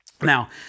Now